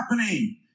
happening